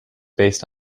based